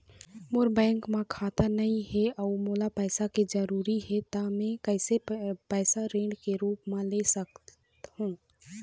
मोर bank म खाता नई हे अउ मोला पैसा के जरूरी हे त मे कैसे पैसा ऋण के रूप म ले सकत हो?